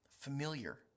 familiar